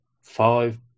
five